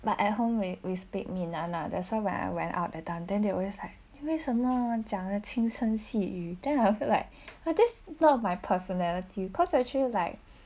but at home we we speak 闽南 lah that's why I went out at that time then they always like 为什么讲得轻声细语 then I'll feel like but this is not my personality cause actually like